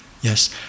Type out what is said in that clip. Yes